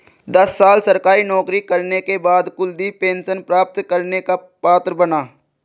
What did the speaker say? दस साल सरकारी नौकरी करने के बाद कुलदीप पेंशन प्राप्त करने का पात्र बना